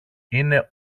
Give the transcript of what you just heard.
είναι